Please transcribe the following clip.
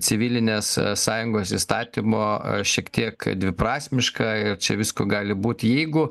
civilinės sąjungos įstatymo šiek tiek dviprasmiška ir čia visko gali būt jeigu